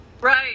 right